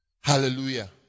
Hallelujah